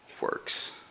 works